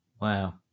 wow